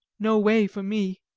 no way for me.